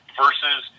versus